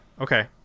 okay